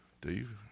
Dave